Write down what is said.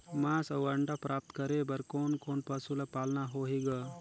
मांस अउ अंडा प्राप्त करे बर कोन कोन पशु ल पालना होही ग?